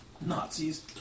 Nazis